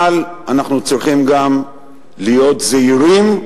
אבל אנחנו צריכים גם להיות זהירים,